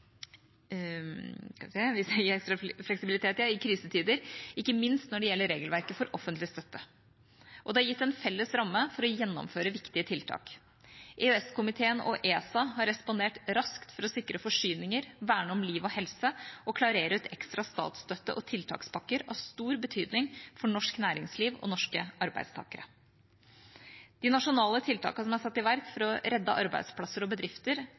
i krisetider, ikke minst når det gjelder regelverket for offentlig støtte, og det har gitt en felles ramme for å gjennomføre viktige tiltak. EØS-komiteen og ESA har respondert raskt for å sikre forsyninger, verne om liv og helse og klarere ut ekstra statsstøtte og tiltakspakker av stor betydning for norsk næringsliv og norske arbeidstakere. De nasjonale tiltakene som er satt i verk for å redde arbeidsplasser og bedrifter,